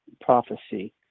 prophecy